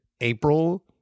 April